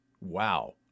Wow